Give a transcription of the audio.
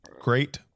great